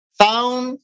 sound